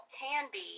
candy